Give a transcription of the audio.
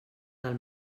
del